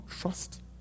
trust